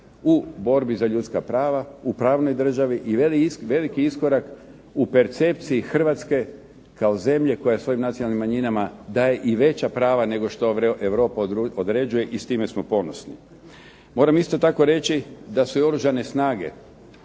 u borbi za ljudska prava, u pravnoj državi, i veliki iskorak u percepciji Hrvatske kao zemlje koja svojim nacionalnim manjinama daje i veća prava nego što Europa određuje i s time smo ponosni. Moram isto tako reći da su i Oružane snage